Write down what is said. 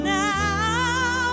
now